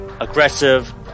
aggressive